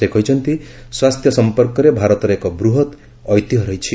ସେ କହିଛନ୍ତି ସ୍ୱାସ୍ଥ୍ୟ ସମ୍ପର୍କରେ ଭାରତର ଏକ ବୃହତ୍ ଐତିହ୍ୟ ରହିଛି